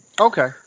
okay